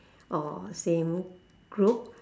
or same group